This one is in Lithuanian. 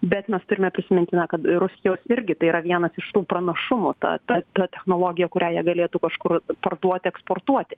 bet mes turime prisiminti na kad rusijos irgi tai yra vienas iš tų pranašumų ta ta ta technologija kurią jie galėtų kažkur parduoti eksportuoti